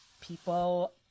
people